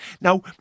Now